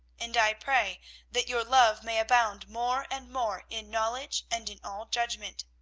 and i pray that your love may abound more and more in knowledge and in all judgment.